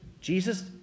Jesus